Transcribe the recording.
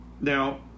Now